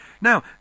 Now